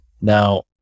now